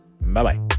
Bye-bye